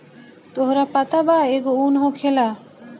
तोहरा पता बा एगो उन होखेला